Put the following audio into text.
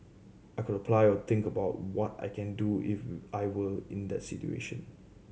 I could apply or think about what I can do if I were in that situation